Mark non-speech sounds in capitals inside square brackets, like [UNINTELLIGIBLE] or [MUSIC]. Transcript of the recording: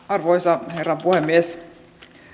[UNINTELLIGIBLE] arvoisa herra puhemies